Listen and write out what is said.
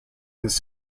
his